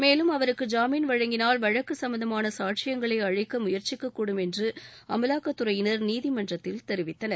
மேலும் அவருக்கு ஜாமீன் வழங்கினால் வழக்கு சும்மந்தமான சாட்சியங்களை அழிக்க முயற்சிக்க கூடும் என்று அமலாக்கத்துறையினர் நீதிமன்றத்தில் தெரிவித்தனர்